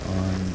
on